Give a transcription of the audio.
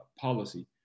policy